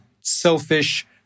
selfish